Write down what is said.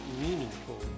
meaningful